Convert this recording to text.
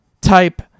type